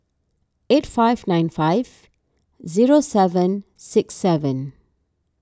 eight five nine five zero seven six seven